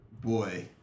Boy